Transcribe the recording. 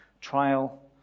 Trial